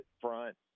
front